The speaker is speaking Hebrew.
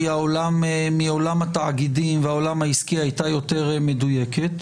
מעולם התאגידים והעולם העסקי, הייתה יותר מדויקת.